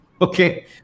Okay